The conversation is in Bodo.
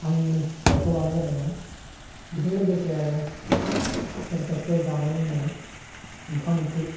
आंनो दाइथ' लानाय जादोंमोन बेजों लोगोसे आरो सरासतिआव जानाय लोंनाय ओंखाम ओंख्रि